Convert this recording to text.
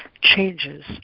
changes